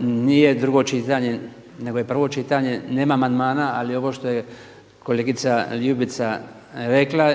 nije drugo čitanje nego je prvo čitanje, nema amandmana, ali ovo što je kolegica Ljubica rekla